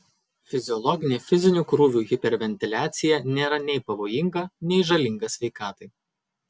fiziologinė fizinių krūvių hiperventiliacija nėra nei pavojinga nei žalinga sveikatai